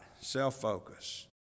self-focus